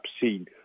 seen